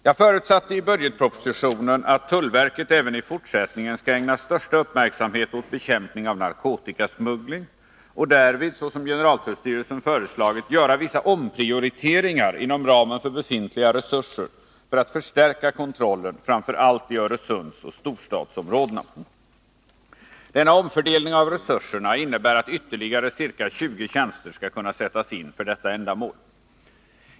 Jag förutsätter i budgetpropositionen att tullverket även i fortsättningen skall ägna största uppmärksamhet åt bekämpning av narkotikasmuggling och därvid, såsom generaltullstyrelsen föreslagit, göra vissa omprioriteringar inom ramen för befintliga resurser för att förstärka kontrollen framför allt i Öresundsoch storstadsområdena. Denna omfördelning av resurserna innebär att ytterligare ca 20 tjänster skall kunna sättas in för detta ändamål.